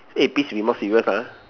eh please be more serious ah